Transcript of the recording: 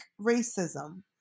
racism